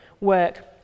work